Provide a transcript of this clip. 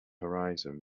horizon